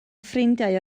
ffrindiau